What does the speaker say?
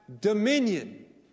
dominion